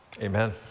Amen